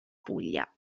puglia